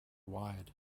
wide